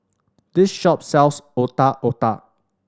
this shop sells Otak Otak